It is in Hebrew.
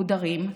מודרים,